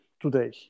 today